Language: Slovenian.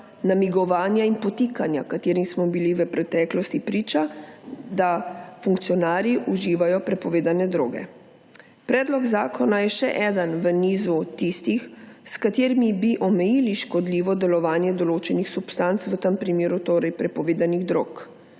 namigovanja in podtikanja, katerim smo bili v preteklosti priča, da funkcionarji uživajo prepovedane droge. Predlog zakona je še eden v nizu tistih, s katerimi bi omejili škodljivo delovanje določenih substanc, v tem primeru torej prepovedanih drog.